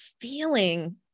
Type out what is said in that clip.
feeling